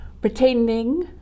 pretending